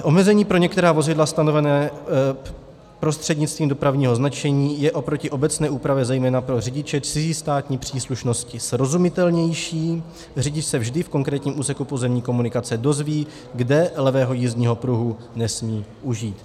Omezení pro některá vozidla stanovená prostřednictvím dopravního značení je oproti obecné úpravě zejména pro řidiče cizí státní příslušnosti srozumitelnější, řidič se vždy v konkrétním úseku pozemní komunikace dozví, kde levého jízdního pruhu nesmí užít.